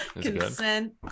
Consent